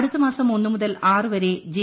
അടുത്തമാസം ഒന്ന് മുതൽ ആറ് വരെ ജെ